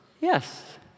Yes